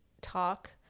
talk